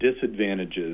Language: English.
disadvantages